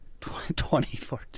2014